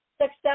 success